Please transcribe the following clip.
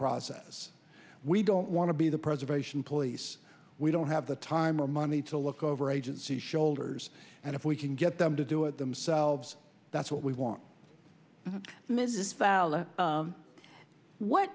process we don't want to be the preservation police we don't have the time or money to look over agency shoulders and if we can get them to do it themselves that's what we want